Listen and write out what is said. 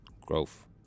Growth